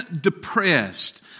depressed